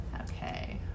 Okay